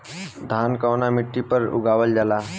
धान कवना मिट्टी पर उगावल जाला?